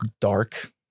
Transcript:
dark